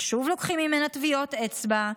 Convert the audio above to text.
ושוב לוקחים ממנה טביעות אצבע,